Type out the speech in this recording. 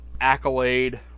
accolade